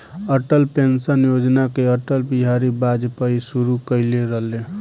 Atal pension Yojana के अटल बिहारी वाजपयी शुरू कईले रलें